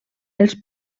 els